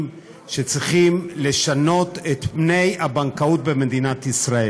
שצריכים לשנות את פני הבנקאות במדינת ישראל,